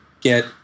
get